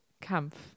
Kampf